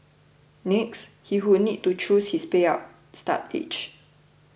next he would need to choose his payout start age